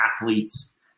athletes